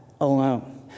alone